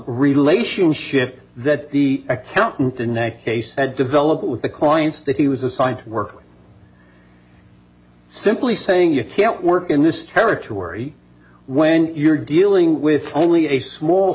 relationship that the accountant the next case that developed with the clients that he was assigned to work simply saying you can't work in this territory when you're dealing with only a small